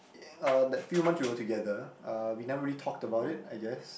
y~ uh that few months we were together uh we never really talked about it I guess